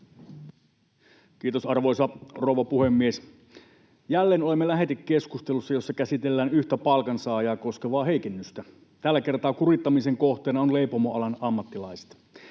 Kiitos, arvoisa rouva puhemies! Jälleen olemme lähetekeskustelussa, jossa käsitellään yhtä palkansaajaa koskevaa heikennystä. Tällä kertaa kurittamisen kohteena on leipomoalan ammattilaiset.